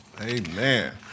Amen